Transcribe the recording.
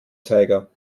zeiger